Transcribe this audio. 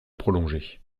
prolonger